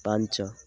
ପାଞ୍ଚ